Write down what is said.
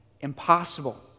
impossible